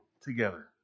together